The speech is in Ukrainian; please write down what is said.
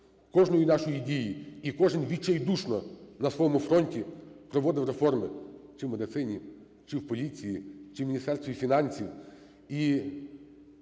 кожної нашої дії, і кожен відчайдушно на своєму фронті проводив реформи: чи в медицині, чи в поліції, чи в Міністерстві фінансів.